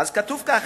אז כתוב ככה: